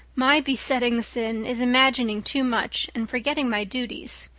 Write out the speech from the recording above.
my besetting sin is imagining too much and forgetting my duties.